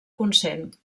consent